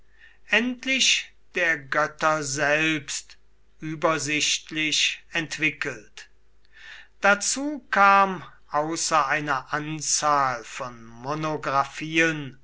endlich der götter selbst übersichtlich entwickelt dazu kam außer einer anzahl von